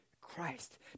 christ